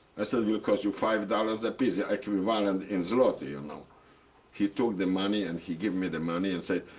i said, will cost you five dollars apiece, yeah equivalent in zloty. you know he took the money, and he give me the money, and said,